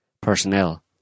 personnel